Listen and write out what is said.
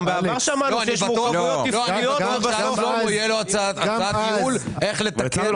אני בטוח שגם בשנה הבאה תהיה לו הצעת ייעול איך לתקן.